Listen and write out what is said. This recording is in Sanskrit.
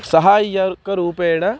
सहाय्यकरूपेण